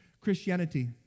Christianity